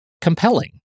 compelling